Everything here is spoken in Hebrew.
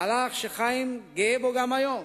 מהלך שחיים גאה בו גם היום,